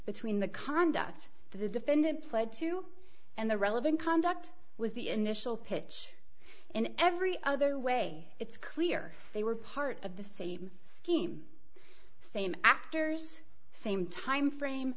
between the conduct that the defendant pled to and the relevant conduct was the initial pitch in every other way it's clear they were part of the same scheme same actors same timeframe